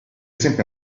esempi